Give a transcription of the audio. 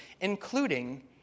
including